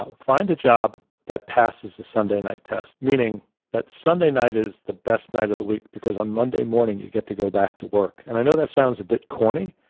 ah find a job that passes the sunday night test, meaning that sunday night is the best night of the week because on monday morning, you get to go back to work. and i know that sounds a bit corny.